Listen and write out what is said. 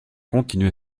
continué